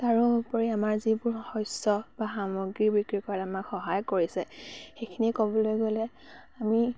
তাৰোপৰি আমাৰ যিবোৰ শস্য বা সামগ্ৰী বিক্ৰী কৰাত আমাক সহায় কৰিছে সেইখিনি ক'বলৈ গ'লে আমি